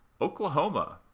Oklahoma